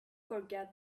forget